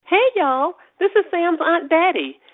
hey, y'all. this is sam's aunt betty.